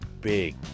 big